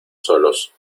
solos